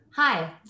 Hi